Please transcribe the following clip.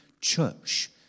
church